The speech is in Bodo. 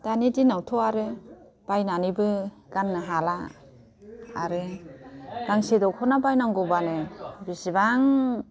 दिनावथ' आरो बायनानैबो गाननो हाला आरो गांसे दखना बायनांगौबानो बेसेबां